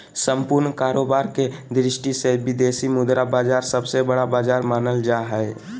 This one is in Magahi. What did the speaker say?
सम्पूर्ण कारोबार के दृष्टि से विदेशी मुद्रा बाजार सबसे बड़ा बाजार मानल जा हय